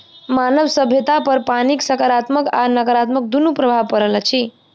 मानव सभ्यतापर पानिक साकारात्मक आ नाकारात्मक दुनू प्रभाव पड़ल अछि